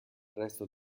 resto